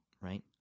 right